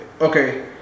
Okay